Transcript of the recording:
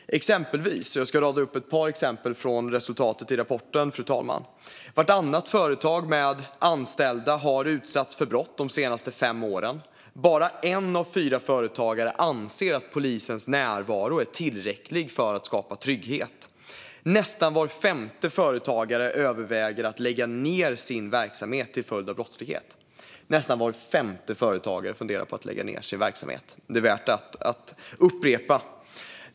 Fru talman! Jag ska rada upp ett par exempel från resultatet i rapporten. Vartannat företag med anställda har utsatts för brott de senaste fem åren. Bara en av fyra företagare anser att polisens närvaro är tillräcklig för att skapa trygghet. Nästan var femte företagare överväger att lägga ned sin verksamhet till följd av brottslighet. Nästan var femte företagare funderar på att lägga ned sin verksamhet. Det är värt att upprepa.